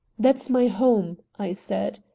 that's my home, i said.